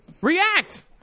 React